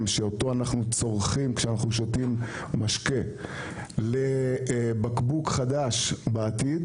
שאותו אנחנו צורכים כשאנחנו שותים משקה לבקבוק חדש בעתיד